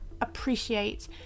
appreciate